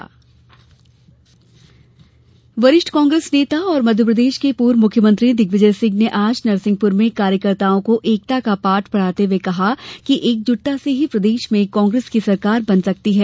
दिग्विजय वरिष्ठ कांग्रेस नेता और मध्यप्रदेश के पूर्व मुख्यमंत्री दिग्विजय सिंह ने आज नरसिंहपुर में कार्यकर्ताओं को एकता का पाठ पढाते हुए कहा कि एकजुटता से ही प्रदेश में कांग्रेस की सरकार बन सकती है